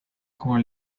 con